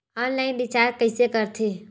Online recharge कइसे करथे?